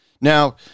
Now